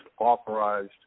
authorized